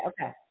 Okay